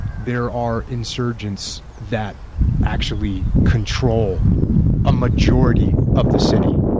there are insurgents that actually control a majority of the city.